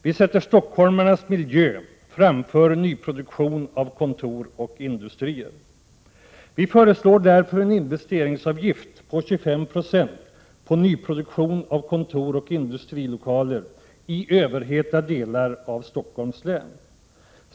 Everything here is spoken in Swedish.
Vi sätter stockholmarnas miljö framför nyproduktion av kontor och industrier. Vi föreslår därför en investeringsavgift på 25 96 på nyproduktion av kontor och industrilokaler i överhettade delar av Stockholms län.